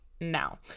now